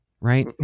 right